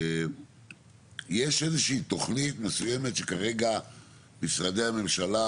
יש איזושהי תוכנית מסוימת שכרגע משרדי הממשלה